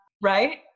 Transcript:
right